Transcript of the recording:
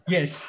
Yes